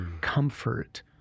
comfort